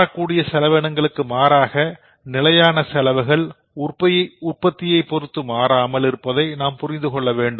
மாறக்கூடிய செலவினங்களுக்கு மாறாக நிலையான செலவுகள் உற்பத்தியை பொருத்து மாறாமல் இருப்பதை நாம் புரிந்து கொள்ள வேண்டும்